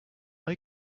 are